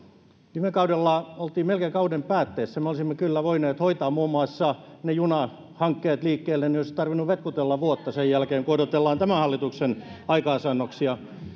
viime kaudella oltiin melkein kauden päätteessä ja me olisimme kyllä voineet hoitaa muun muassa ne junahankkeet liikkeelle niin että ei olisi tarvinnut vetkutella vuotta sen jälkeen kun odotellaan tämän hallituksen aikaansaannoksia